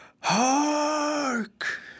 Hark